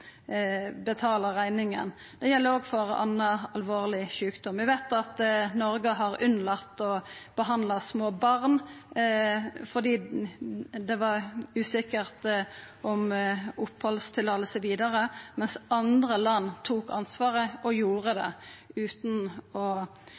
betala rekninga. Det gjeld òg for annan, alvorleg sjukdom. Eg veit at Noreg har late vere å behandla små barn fordi opphaldstillatinga vidare var usikker, mens andre land tok ansvaret og gjorde det